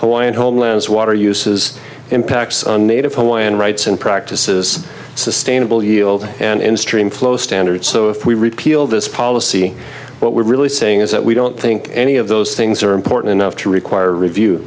hawaiian homelands water uses impacts on native hawaiian rights and practices sustainable yield and in stream flow standards so if we repeal this policy what we're really saying is that we don't think any of those things are important enough to require review